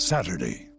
Saturday